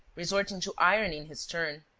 resorting to irony in his turn,